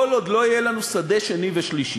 כל עוד לא יהיו לנו שדה שני ושלישי.